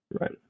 Right